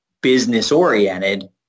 business-oriented